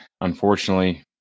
unfortunately